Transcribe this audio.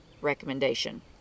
recommendation